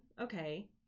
okay